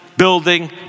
building